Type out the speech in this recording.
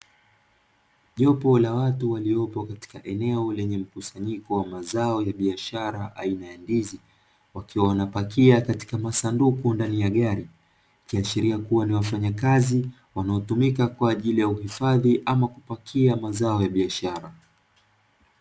Jopo la watu waliopo katika eneo lenye lenye mkusanyiko mazao aina ya biashara aina ya Ndizi, wakiwa wanapakia katika masanduku ndani ya gari ikiashilia kuwa ni wafanyakazi wanaotumika kwaajili ya uhifadhi ama kupakia mazao ya biashara.